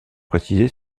précisé